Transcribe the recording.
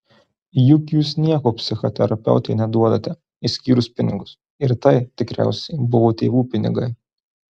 juk jūs nieko psichoterapeutei neduodate išskyrus pinigus ir tai tikriausiai buvo tėvų pinigai